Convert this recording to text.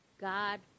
God